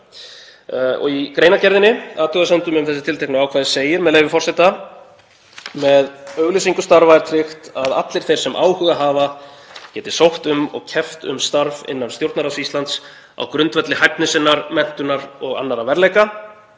Í greinargerðinni, í athugasemdum um þessi tilteknu ákvæði, segir, með leyfi forseta: „Með auglýsingu starfa er tryggt að allir þeir sem áhuga hafa geti sótt um og keppt um starf innan Stjórnarráðs Íslands á grundvelli hæfni sinnar, menntunar og annarra verðleika.